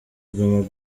guma